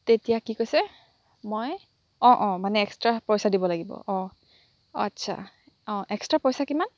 তেতিয়া কি কৈছে মই অ' অ' মানে এক্সট্ৰা পইচা দিব লাগিব অ' অ' আচ্ছা অ' এক্সট্ৰা পইচা কিমান